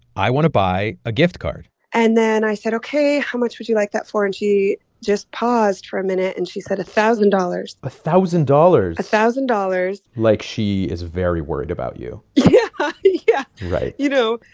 i want to buy a gift card and then i said, ok, how much would you like that for? and she just paused for a minute and she said a thousand dollars a thousand dollars? a thousand dollars like, she is very worried about you yeah yeah right you know,